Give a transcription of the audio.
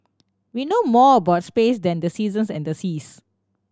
we know more about space than the seasons and the seas